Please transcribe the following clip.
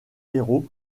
héros